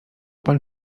pan